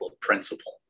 principle